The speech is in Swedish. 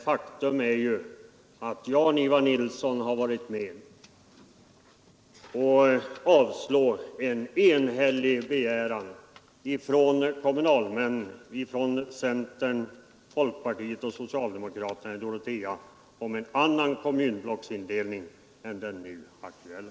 Faktum är ju att Jan-Ivan Nilsson har varit med om att avslå en enhällig begäran ifrån kommunalmän inom centern, folkpartiet och socialdemokraterna i Dorotea om en annan kommunblocksindelning än den nu aktuella.